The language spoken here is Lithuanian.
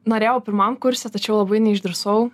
norėjau pirmam kurse tačiau labai neišdrįsau